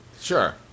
sure